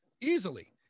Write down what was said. easily